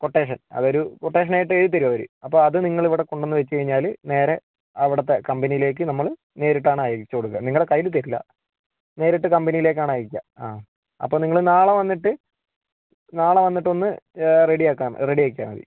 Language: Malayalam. കൊട്ടേഷൻ അതൊരു കൊട്ടേഷനായിട്ട് എഴുതി തരും അവര് അപ്പ അത് നിങ്ങളിവിടെ കൊണ്ടു വന്നു വെച്ചു കഴിഞ്ഞാല് നേരെ അവിടുത്തെ കമ്പനിയിലേക്ക് നമ്മള് നേരിട്ടാണ് അയച്ചു കൊടുക്കുക നിങ്ങടെ കൈയില് തരില്ല നേരിട്ട് കമ്പനിയിലേക്കാണ് അയക്കുക ആ അപ്പം നിങ്ങള് നാളെ വന്നിട്ട് നാളെ വന്നിട്ടൊന്നു റെഡിയാക്കാം റെഡിയാക്കിയാൽ മതി